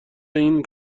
این